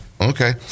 Okay